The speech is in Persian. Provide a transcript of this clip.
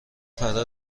فرا